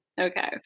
Okay